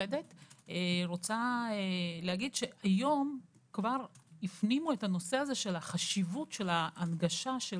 כבר היום הפנימו את החשיבות של ההנגשה של